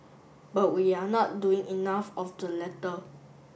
but we are not doing enough of the latter